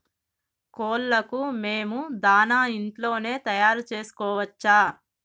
కోళ్లకు మేము దాణా ఇంట్లోనే తయారు చేసుకోవచ్చా?